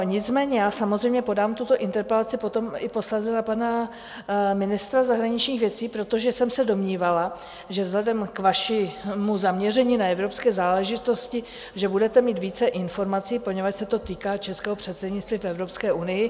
Nicméně samozřejmě podám tuto interpelaci posléze i na pana ministra zahraničních věcí, protože jsem se domnívala, že vzhledem k vašemu zaměření na evropské záležitosti budete mít více informací, poněvadž se to týká českého předsednictví v Evropské unii.